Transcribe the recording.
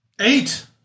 Eight